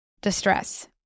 distress